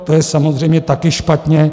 To je samozřejmě taky špatně.